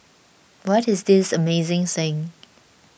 what is this amazing thing